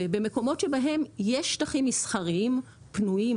ובמקומות שבהם יש שטחים מסחריים פנויים